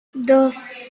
dos